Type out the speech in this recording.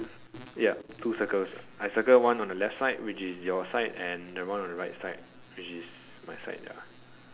ya two circles I circled one on the left side which is your side and the one on the right side which is my side ya